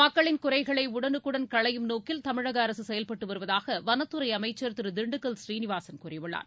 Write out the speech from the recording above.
மக்களின் குறைகளை உடனுக்குடன் களையும் நோக்கில் தமிழக அரசு செயல்பட்டு வருவதாக வனத்துறை அமைச்சர் திரு திண்டுக்கல் சீனிவாசன் கூறியுள்ளார்